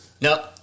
No